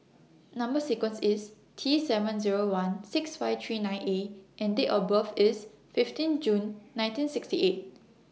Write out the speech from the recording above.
Number sequence IS T seven Zero one six five three nine A and Date of birth IS fifteen June nineteen sixty eight